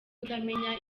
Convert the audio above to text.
kutamenya